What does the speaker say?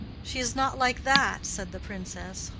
she is not like that? said the princess,